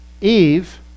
Eve